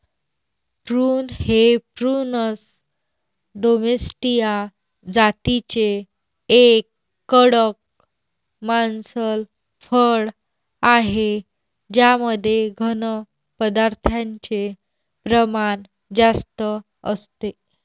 prune हे prunus domestica जातीचे एक कडक मांसल फळ आहे ज्यामध्ये घन पदार्थांचे प्रमाण जास्त असते